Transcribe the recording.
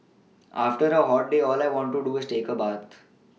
after a hot day all I want to do is take a but